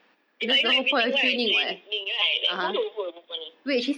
if I know everything why I training right like bodoh [pe] perempuan ni